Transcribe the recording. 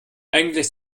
eigentlich